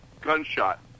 Gunshot